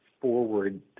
forward